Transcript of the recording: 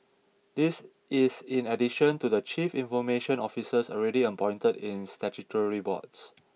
this is in addition to the chief information officers already appointed in statutory boards